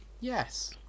Yes